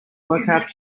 workout